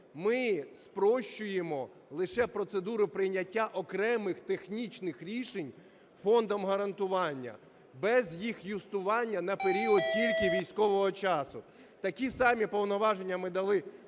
Ми спрощуємо лише процедуру прийняття окремих технічних рішень Фондом гарантування без їх юстування на період тільки військового часу. Такі самі повноваження ми дали